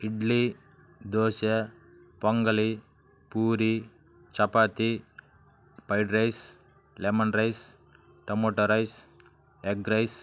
idli dosa pongal puri chapati fried rice lemon rice tomato rice egg rice